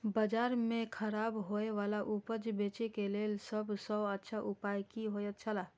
बाजार में खराब होय वाला उपज के बेचे के लेल सब सॉ अच्छा उपाय की होयत छला?